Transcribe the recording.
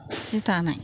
सि दानाय